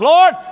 Lord